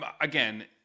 again